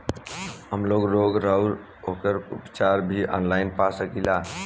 हमलोग रोग अउर ओकर उपचार भी ऑनलाइन पा सकीला?